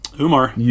Umar